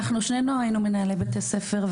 אנחנו שנינו היינו מנהלי בתי ספר,